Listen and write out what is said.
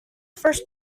first